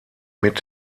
mit